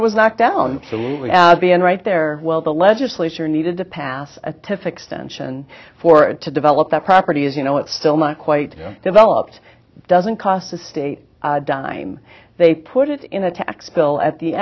it was knocked down the end right there well the legislature needed to pass a tiff extension for it to develop that property is you know it's still not quite developed doesn't cost a state dime they put it in a tax bill at the